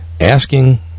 asking